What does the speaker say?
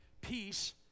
Peace